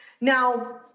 Now